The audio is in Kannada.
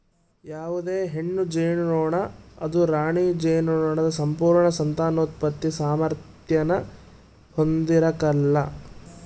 ಯಾವುದೇ ಹೆಣ್ಣು ಜೇನುನೊಣ ಅದು ರಾಣಿ ಜೇನುನೊಣದ ಸಂಪೂರ್ಣ ಸಂತಾನೋತ್ಪತ್ತಿ ಸಾಮಾರ್ಥ್ಯಾನ ಹೊಂದಿರಕಲ್ಲ